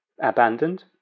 abandoned